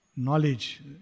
knowledge